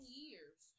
years